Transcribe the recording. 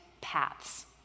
paths